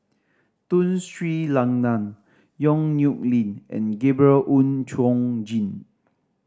Tun Sri Lanang Yong Nyuk Lin and Gabriel Oon Chong Jin